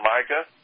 Micah